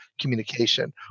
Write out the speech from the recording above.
communication